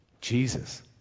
Jesus